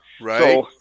Right